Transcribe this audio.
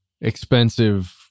expensive